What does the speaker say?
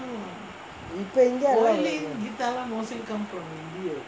இப்பே எங்கே அதுலாம் வருது:ippae enggae athulaam varuthu